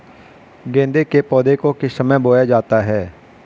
गेंदे के पौधे को किस समय बोया जाता है?